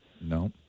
No